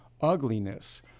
ugliness